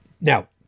now